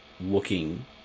looking